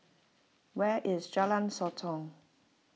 where is Jalan Sotong